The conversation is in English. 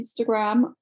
Instagram